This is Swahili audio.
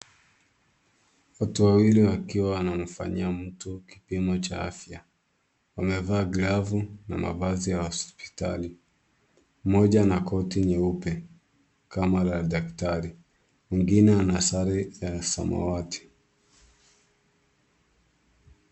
Watu wawili wakiwa wanamfanyia mtu kipimo cha afya. Wamevaa glavu na mavazi ya hospitali. Mmoja ana koti nyeupe kama la daktari. Mwingine ana sare ya samawati.